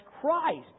Christ